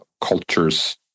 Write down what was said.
culture's